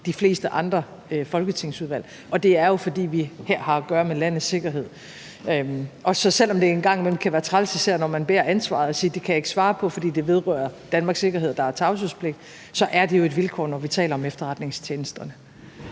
de fleste andre folketingsudvalg, og den er jo, at vi her har at gøre med landets sikkerhed. Og selv om det en gang imellem kan være træls, især når man bærer ansvaret, at sige, at det kan man ikke svare på, fordi det vedrører Danmarks sikkerhed og der er tavshedspligt, så er det jo et vilkår, når vi taler om efterretningstjenesterne.